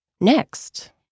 next